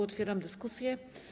Otwieram dyskusję.